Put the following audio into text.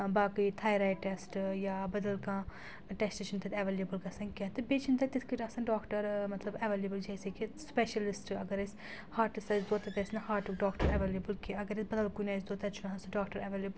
باقٕے تھایِرَایِڑ ٹیسٹہٕ یا بدل کانٛہہ ٹیسٹہٕ چھِنہٕ تَتہِ ایوَیٚلیبٕل گژھان کینٛہہ تہٕ بیٚیہِ چھِنہٕ تَتہِ تِتھ کٲٹھۍ آسن ڈاکٹر مطلب ایوَیٚلیبٕل جیسے کہِ سٕپَیشلِسٹہٕ اگر أسۍ ہاٹَس آسہِ دوٗد تَتہِ آسہِ نہٕ ہاٹُک ڈاکٹَر ایوَیٚلیبٕل کینٛہہ اگر أسۍ بَدل کُنہِ آسہِ دوٗد تَتہِ چھُنہٕ آسان سُہ ڈاکٹر ایوَیٚلیبٕل